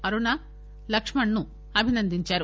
అరుణ లక్ష్మణ్ను అభినందించారు